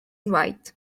write